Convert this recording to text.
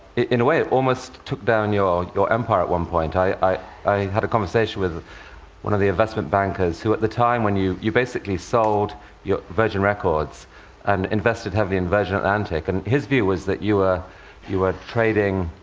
in a way, it almost took down your your empire at one point. i i had a conversation with one of the investment bankers who, at the time when you you basically sold virgin records and invested heavily in virgin atlantic, and his view was that you were you were trading,